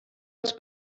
els